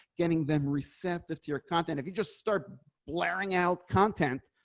getting them receptive to your content. if you just start blaring out content.